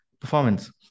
performance